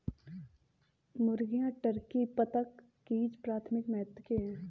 मुर्गियां, टर्की, बत्तख और गीज़ प्राथमिक महत्व के हैं